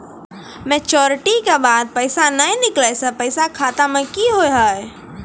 Maturity के बाद पैसा नए निकले से पैसा खाता मे की होव हाय?